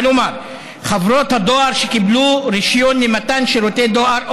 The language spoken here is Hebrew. כלומר חברות הדואר שקיבלו רישיון למתן שירותי דואר,